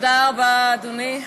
תודה רבה, אדוני.